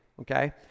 okay